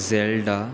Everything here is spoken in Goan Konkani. झॅडा